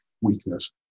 weakness